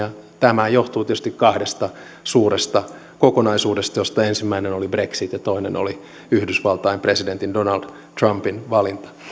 ja tuhatyhdeksänsataakahdeksankymmentäyhdeksän tämä johtuu tietysti kahdesta suuresta kokonaisuudesta joista ensimmäinen oli brexit ja toinen oli yhdysvaltain presidentin donald trumpin valinta